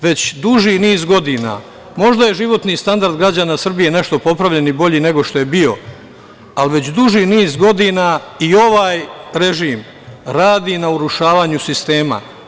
Već duži niz godina, možda je životni standard građana Srbije nešto popravljen i bolji nego što je bio, ali već duži niz godina i ovaj režim radi na urušavanju sistema.